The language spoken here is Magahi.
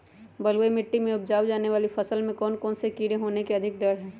बलुई मिट्टी में उपजाय जाने वाली फसल में कौन कौन से कीड़े होने के अधिक डर हैं?